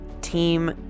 team